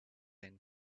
and